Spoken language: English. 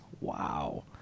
wow